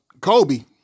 Kobe